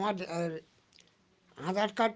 আমার আধার কার্ড